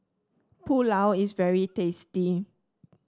pulao is very tasty